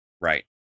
Right